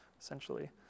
essentially